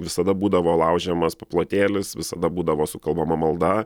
visada būdavo laužiamas paplotėlis visada būdavo sukalbama malda